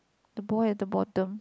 the boy at the bottom